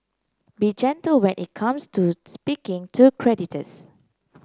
be gentle when it comes to speaking to creditors